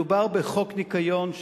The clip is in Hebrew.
מדובר בחוק שמירת הניקיון,